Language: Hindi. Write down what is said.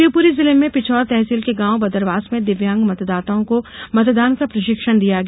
शिवपुरी जिले में पिछौर तहसील के गांव बदरवास में दिव्यांग मतदाताओं को मतदान का प्रशिक्षण दिया गया